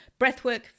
Breathwork